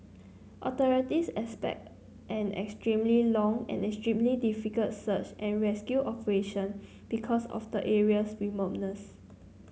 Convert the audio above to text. authorities expect an extremely long and extremely difficult search and rescue operation because of the area's remoteness